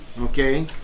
okay